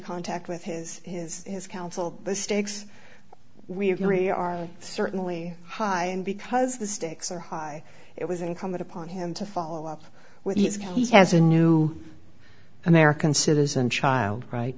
contact with his his his counsel the stakes we agree are certainly high and because the stakes are high it was incumbent upon him to follow up with he has a new american citizen child right